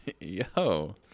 yo